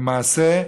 למעשה,